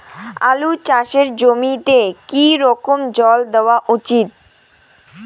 আলু চাষের জমিতে কি রকম জল দেওয়া উচিৎ?